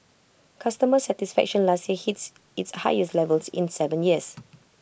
customer satisfaction last hit its highest levels in Seven years